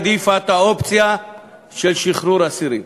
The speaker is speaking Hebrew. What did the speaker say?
העדיפה את האופציה של שחרור אסירים.